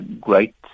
great